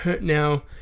now